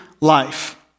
life